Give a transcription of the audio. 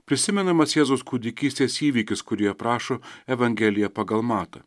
prisimenamas jėzaus kūdikystės įvykis kurį aprašo evangelija pagal matą